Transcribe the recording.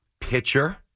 Pitcher